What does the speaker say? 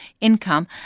income